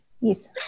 Yes